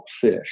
fish